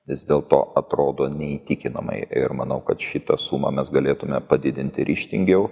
vis dėl to atrodo neįtikinamai ir manau kad šitą sumą mes galėtume padidinti ryžtingiau